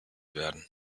werden